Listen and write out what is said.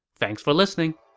thanks for listening!